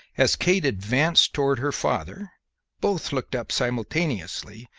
as kate advanced towards her father both looked up simultaneously,